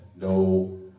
no